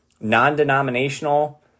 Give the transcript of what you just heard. non-denominational